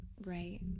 right